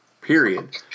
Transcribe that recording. period